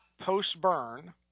post-burn